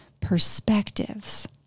perspectives